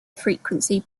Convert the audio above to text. frequency